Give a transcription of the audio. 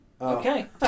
Okay